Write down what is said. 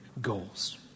goals